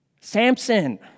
Samson